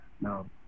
now